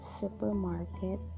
Supermarket